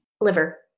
Liver